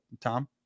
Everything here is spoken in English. Tom